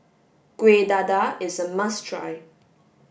Kueh Dadar is a must try